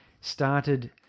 started